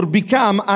become